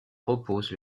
propose